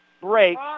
break